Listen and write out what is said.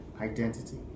identity